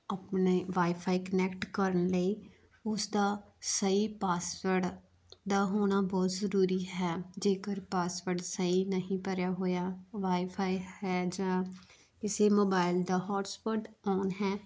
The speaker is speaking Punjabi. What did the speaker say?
ਆਪਣੇ ਬਾਈਫਾਈ ਕਨੈਕਟ ਕਰਨ ਲਈ ਉਸਦਾ ਸਹੀ ਪਾਸਵਰਡ ਦਾ ਹੋਣਾ ਬਹੁਤ ਜ਼ਰੂਰੀ ਹੈ ਜੇਕਰ ਪਾਸਵਰਡ ਸਹੀ ਨਹੀਂ ਭਰਿਆ ਹੋਇਆ ਬਾਈਫਾਈ ਹੈ ਜਾਂ ਕਿਸੇ ਮੋਬਾਇਲ ਦਾ ਹੋਟਸਪੋਟ ਆਨ ਹੈ